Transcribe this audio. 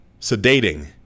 sedating